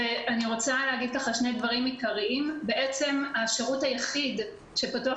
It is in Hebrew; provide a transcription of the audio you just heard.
אני רוצה להגיד שני דברים עיקריים: השירות היחיד שפתוח